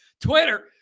Twitter